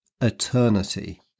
eternity